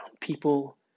people